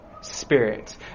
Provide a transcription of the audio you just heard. spirit